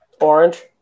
Orange